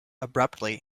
abruptly